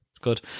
Good